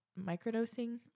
microdosing